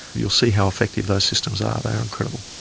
you'll see how effective those systems are. they're incredible.